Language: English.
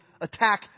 attack